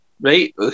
Right